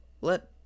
Let